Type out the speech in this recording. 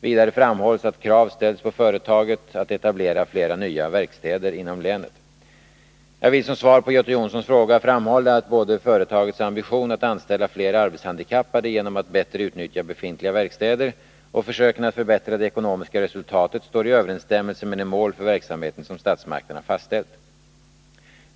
Vidare framhålls att krav ställs på företaget att etablera flera nya verkstäder inom länet. Jag vill som svar på Göte Jonssons fråga framhålla att både företagets ambition att anställa fler arbetshandikappade genom att bättre utnyttja befintliga verkstäder och försöken att förbättra det ekonomiska resultatet står i överensstämmelse med de mål för verksamheten som statsmakterna fastställt.